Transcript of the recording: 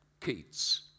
Keats